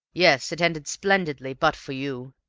yes, it ended splendidly, but for you,